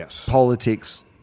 politics